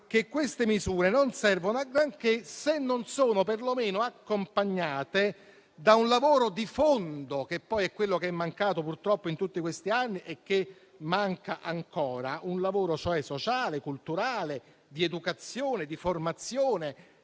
che queste misure non servono a granché se non sono perlomeno accompagnate da un lavoro di fondo, che poi è quello che è mancato, purtroppo, in tutti questi anni e che manca ancora: un lavoro sociale, culturale, di educazione, di formazione,